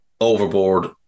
overboard